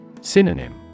Synonym